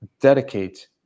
dedicate